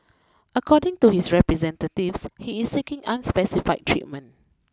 according to his representatives he is seeking unspecified treatment